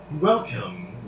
welcome